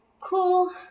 Cool